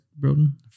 Broden